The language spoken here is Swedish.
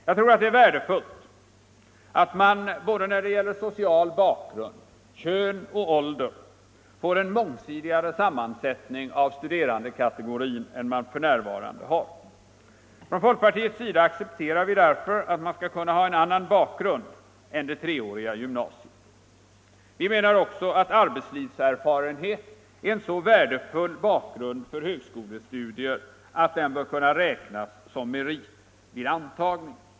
Jag tror det är värdefullt att man när det gäller social bakgrund, kön och ålder får en mångsidigare sammansättning av studerandekategorin än vi har f. n. Från folkpartiets sida accepterar vi därför att man skall kunna ha en annan bakgrund än det treåriga gymnasiet. Vi menar också att arbetslivserfarenhet är en så värdefull bakgrund för högskolestudier att den bör räknas in som merit vid antagning.